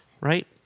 Right